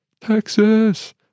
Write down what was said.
Texas